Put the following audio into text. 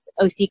OC